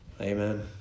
Amen